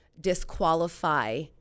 disqualify